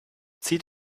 zieht